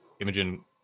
Imogen